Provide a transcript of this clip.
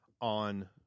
on